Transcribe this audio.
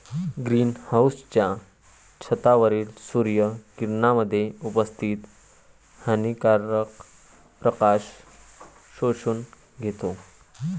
green हाउसच्या छतावरील सूर्य किरणांमध्ये उपस्थित हानिकारक प्रकाश शोषून घेतो